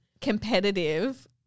competitive